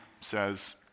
says